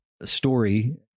Story